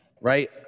right